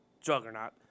juggernaut